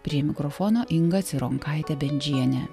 prie mikrofono inga cironkaitė bendžienė